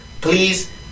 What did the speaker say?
Please